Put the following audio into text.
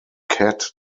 kat